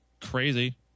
Crazy